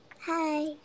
hi